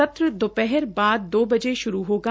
सत्र दोपहर बाद दो बजे श्रू होगा